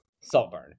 saltburn